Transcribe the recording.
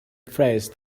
phrase